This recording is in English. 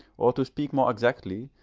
or, to speak more exactly,